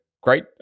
great